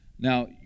Now